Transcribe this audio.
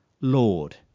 Lord